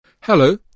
Hello